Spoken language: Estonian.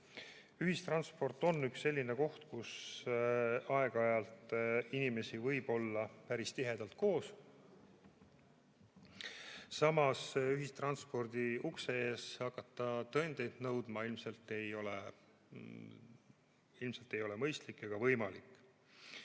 ühistransport on üks selline koht, kus aeg-ajalt inimesi võib olla päris tihedalt koos. Samas, ühistranspordi ukse ees hakata tõendeid nõudma ilmselt ei ole mõistlik ega võimalik.